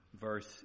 verse